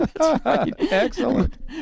Excellent